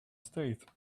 stayed